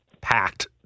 packed